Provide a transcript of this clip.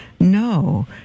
No